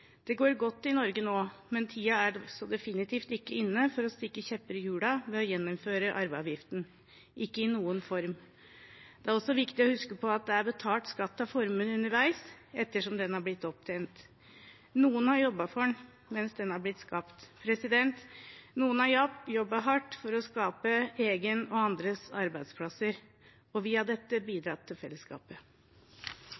Det går godt i Norge nå, men tiden er definitivt ikke inne for å stikke kjepper i hjulene ved å gjeninnføre arveavgiften – ikke i noen form. Det er også viktig å huske på at det er betalt skatt av formuen underveis ettersom den har blitt opptjent. Noen har jobbet for den mens den har blitt skapt. Noen har jobbet hardt for å skape egen og andres arbeidsplasser og via dette bidratt til fellesskapet. Fleire har